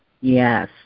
Yes